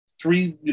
three